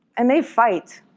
and they fight.